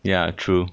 ya true